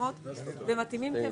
לא